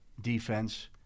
defense